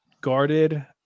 guarded